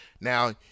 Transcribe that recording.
Now